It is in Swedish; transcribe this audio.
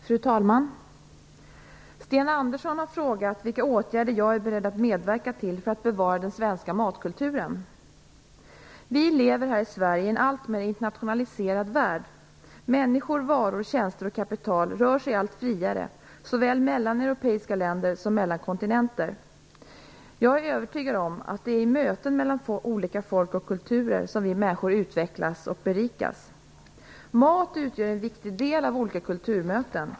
Fru talman! Sten Andersson har frågat vilka åtgärder jag är beredd att medverka till för att bevara den svenska matkulturen. Vi lever i en alltmer internationaliserad värld. Människor, varor, tjänster och kapital rör sig allt friare, såväl mellan europeiska länder som mellan kontinenter. Jag är övertygad om att det är i möten mellan olika folk och kulturer som vi människor utvecklas och berikas. Mat utgör en viktig del av olika kulturmöten.